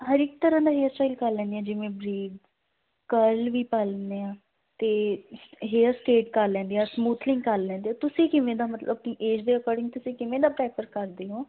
ਹਰ ਇੱਕ ਤਰ੍ਹਾਂ ਦਾ ਹੇਅਰ ਸਟਾਈਲ ਕਰ ਲੈਂਦੇ ਹਾਂ ਜਿਵੇਂ ਕਿ ਵਰੀਵ ਕਰਲ ਵੀ ਪਾ ਲੈਂਦੇ ਹਾਂ ਅਤੇ ਹੇਅਰ ਸਟੇਟ ਕਰ ਲੈਂਦੇ ਅਤੇ ਸਮੂਥਲਿੰਗ ਕਰ ਲੈਂਦੇ ਹਾਂ ਤੁਸੀਂ ਕਿਵੇਂ ਦਾ ਮਤਲਬ ਕਿ ਏਜ਼ ਦੇ ਅਕੋਡਿੰਗ ਤੁਸੀਂ ਕਿਵੇਂ ਦਾ ਪ੍ਰੈਫਰ ਕਰਦੇ ਹੋ